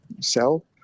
cell